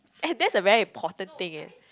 and that's a very important thing eh